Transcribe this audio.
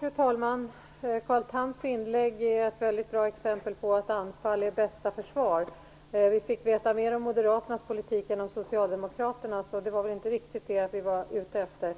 Fru talman! Carl Thams inlägg är ett bra exempel på att anfall är bästa försvar. Vi fick veta mer om moderaternas politik än om socialdemokraternas, och det var väl inte riktigt det som vi var ute efter.